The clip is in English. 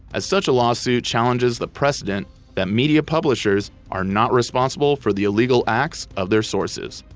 as such a lawsuit challenges the precedent that media publishers are not responsible for the illegal acts of their sources,